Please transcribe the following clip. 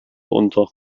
unter